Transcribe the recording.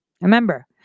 Remember